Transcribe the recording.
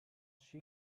she